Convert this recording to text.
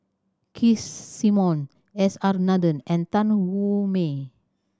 Keith Simmons S R Nathan and Tan Wu Meng